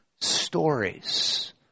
stories